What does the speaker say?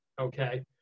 okay